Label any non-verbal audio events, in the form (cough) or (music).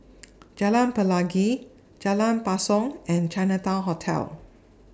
(noise) Jalan Pelangi Jalan Basong and Chinatown Hotel